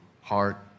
heart